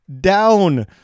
down